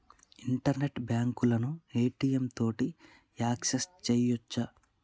internet బాంకులను ATM తోటి access సెయ్యొచ్చు